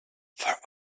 for